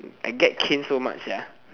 like I get caned so much sia